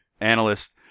analyst